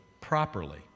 properly